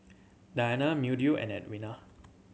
Diana and Edwina